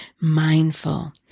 mindful